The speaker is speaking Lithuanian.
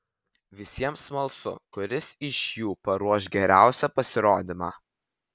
visiems smalsu kuris iš jų paruoš geriausią pasirodymą